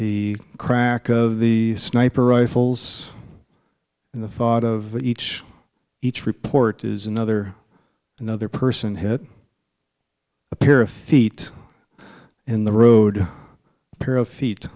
the crack of the sniper rifles and the thought of each each report is another another person hit a pair of feet in the road a pair of feet